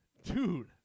dude